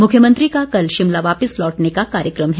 मुख्यमंत्री का कल शिमला वापिस लौटने का कार्यक्रम है